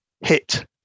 hit